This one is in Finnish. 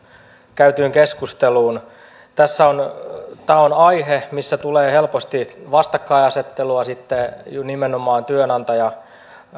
käytyyn keskusteluun tämä on aihe missä tulee helposti vastakkainasettelua nimenomaan työnantaja